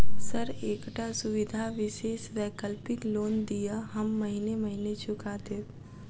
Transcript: Sir एकटा सुविधा विशेष वैकल्पिक लोन दिऽ हम महीने महीने चुका देब?